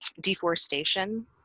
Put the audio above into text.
deforestation